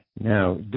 Now